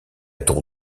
tour